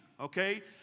okay